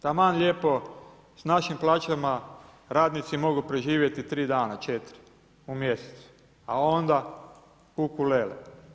Taman lijepo s našim plaćama radnici mogu preživjeti 3 dana, 4 u mjesecu a onda kukulele.